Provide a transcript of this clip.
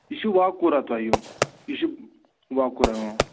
یہِ چھُ واکوٗراہ تۄہہِ یُن یہِ چھُ واکوٗراہ